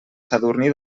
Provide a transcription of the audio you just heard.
sadurní